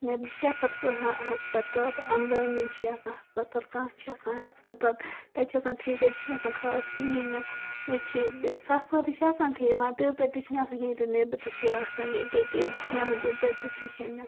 نیٚبرٕ چھِ آسان اصٕل ہَسپَتال تہٕ امہٕ دمہٕ چھِ آسان ہَسپَتال کانٛہہ چھِ آسان ہَسپَتال تَتہِ چھِ آسان ٹھیٖک ییٚتہِ چھِنہٕ آسان خاص کِہیٖنٛۍ نہٕ ییٚتہِ چھِ صفٲیی چھِ آسان ٹھیٖک مَگَر تیٖژاہ تہِ چھَنہٕ آسان کِہیٖنٛۍ ییٖژاہ نیٚبرٕ تہِ چھِ آسان ییٚتہِ ییٚتہِ چھِنہٕ آسان تیٖژاہ تہِ کِہیٖنٛۍ